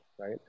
right